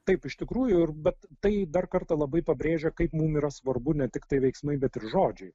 taip iš tikrųjų ir bet tai dar kartą labai pabrėžia kaip mum yra svarbu ne tiktai veiksmai bet ir žodžiai